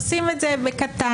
עושים את זה בקטן,